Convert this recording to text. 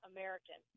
American